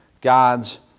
God's